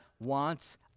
wants